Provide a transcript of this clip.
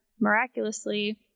miraculously